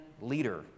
leader